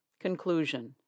Conclusion